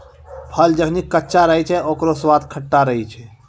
फल जखनि कच्चा रहै छै, ओकरौ स्वाद खट्टा रहै छै